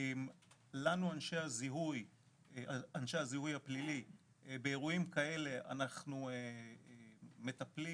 אנשי הזיהוי הפלילי באירועים כאלה מטפלים